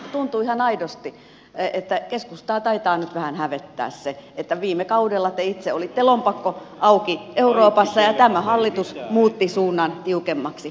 nimittäin minusta tuntuu ihan aidosti että keskustaa taitaa nyt vähän hävettää se että viime kaudella te itse olitte lompakko auki euroopassa ja tämä hallitus muutti suunnan tiukemmaksi